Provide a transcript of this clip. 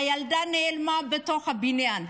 הילדה נעלמה בתוך הבניין.